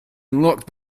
unlocked